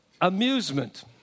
amusement